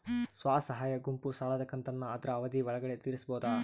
ಸ್ವಸಹಾಯ ಗುಂಪು ಸಾಲದ ಕಂತನ್ನ ಆದ್ರ ಅವಧಿ ಒಳ್ಗಡೆ ತೇರಿಸಬೋದ?